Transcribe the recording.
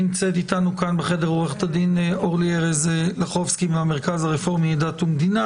נמצאת איתנו בחדר עו"ד אורלי ארז לחובסקי מהמרכז הרפורמי דת ומדינה,